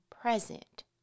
present